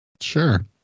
Sure